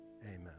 amen